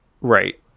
Right